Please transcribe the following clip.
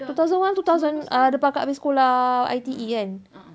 two thousand one two thousand lepas kakak habis sekolah I_T_E kan